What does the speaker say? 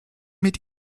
mit